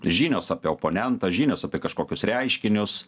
žinios apie oponentą žinios apie kažkokius reiškinius